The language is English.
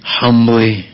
humbly